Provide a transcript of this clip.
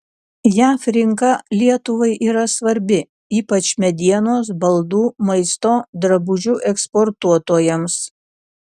jav rinka lietuvai yra svarbi ypač medienos baldų maisto drabužių eksportuotojams